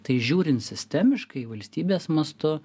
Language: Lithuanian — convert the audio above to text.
tai žiūrint sistemiškai valstybės mastu